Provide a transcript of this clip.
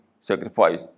sacrifice